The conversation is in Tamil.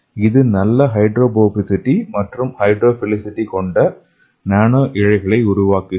இது நல்ல ஹைட்ரோபோபசிட்டி மற்றும் ஹைட்ரோஃபிலிசிட்டி கொண்ட நானோ இழைகளை உருவாக்குகிறது